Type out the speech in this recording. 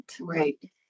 Right